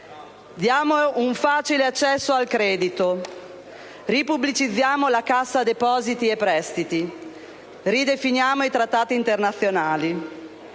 Diamo un facile accesso al credito. Ripubblicizziamo la Cassa depositi e prestiti. Ridefiniamo i Trattati internazionali.